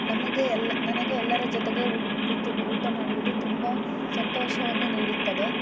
ನಮಗೆ ಎಲ್ಲ ನನಗೆ ಎಲ್ಲರ ಜೊತೆಗೆ ಊ ಕೂತು ಊಟ ಮಾಡುವುದು ತುಂಬ ಸಂತೋಷವನ್ನು ನೀಡುತ್ತದೆ